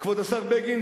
כבוד השר בגין,